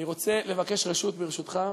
אני רוצה לבקש רשות, ברשותך,